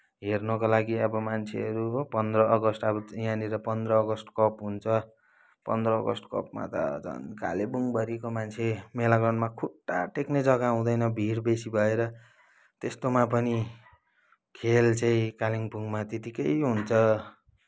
हेर्नुको लागि अब मान्छेहरू हो पन्ध्र अगस्ट अब यहाँनिर पन्ध्र अगस्ट कप हुन्छ पन्ध्र अगस्ट कपमा त झन् कालेबुङभरिको मान्छे मेला ग्राउन्डमा खुट्टा टेक्ने जगा हुँदैन भिड बेसी भएर त्यस्तोमा पनि खेल चाहिँ कालिम्पोङमा त्यतिकै हुन्छ